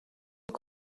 فکر